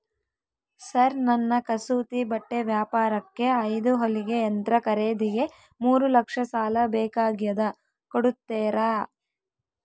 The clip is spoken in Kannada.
ಸರ್ ನನ್ನ ಕಸೂತಿ ಬಟ್ಟೆ ವ್ಯಾಪಾರಕ್ಕೆ ಐದು ಹೊಲಿಗೆ ಯಂತ್ರ ಖರೇದಿಗೆ ಮೂರು ಲಕ್ಷ ಸಾಲ ಬೇಕಾಗ್ಯದ ಕೊಡುತ್ತೇರಾ?